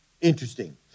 Interesting